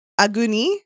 Aguni